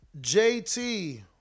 JT